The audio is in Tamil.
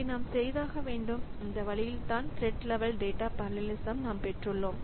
இதை நாம் செய்தாக வேண்டும் இந்த வழியில்தான் த்ரெட் லெவல் டேட்டா பெரலலிசம் நாம் பெற்றுள்ளோம்